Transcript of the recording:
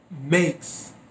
makes